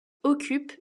occupe